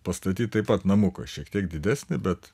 pastatyt taip pat namuką šiek tiek didesni bet